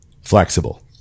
Flexible